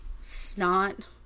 snot